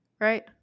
right